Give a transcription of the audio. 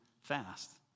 fast